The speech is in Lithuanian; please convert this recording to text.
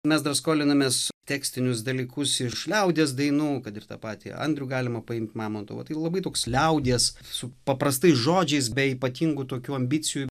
mes dar skolinamės tekstinius dalykus iš liaudies dainų kad ir tą patį andrių galima paimt mamontovą tai labai toks liaudies su paprastais žodžiais be ypatingų tokių ambicijų